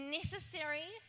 necessary